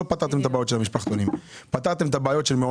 לא פתרתם את הבעיות של המשפחתונים.